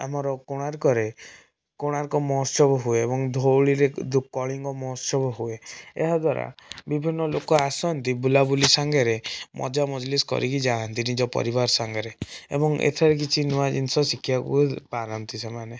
ଆମର କୋଣାର୍କରେ କୋଣାର୍କ ମହୋତ୍ସବ ହୁଏ ଏବଂ ଧଉଳିରେ କଳିଙ୍ଗ ମହୋତ୍ସବ ହୁଏ ଏହାଦ୍ୱାରା ବିଭିନ୍ନଲୋକ ଆସନ୍ତି ବୁଲାବୁଲି ସାଙ୍ଗରେ ମଜାମଜଲିସ୍ କରିକିଯାଆନ୍ତି ନିଜପରିବାର ସାଙ୍ଗରେ ଏବଂ ଏଠାରେ କିଛି ନୂଆଜିନିଷ ଶିଖିବାକୁ ପାଆନ୍ତି ସେମାନେ